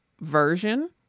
version